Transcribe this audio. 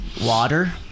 water